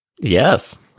Yes